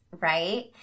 right